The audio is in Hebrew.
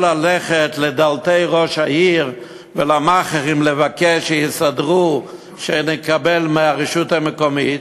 או ללכת לדלתי ראש העיר ולמאכערים לבקש שיסדרו שנקבל מהרשות המקומית,